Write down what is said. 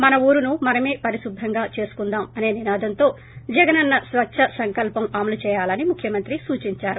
మన ఊరును మనమే పరిశుభ్రంగా చేసుకుందాం అనే నినాదంతో జగనన్న స్వచ్చ సంకల్సం అమలు చేయాలని ముఖ్యమంత్రి సూచిందారు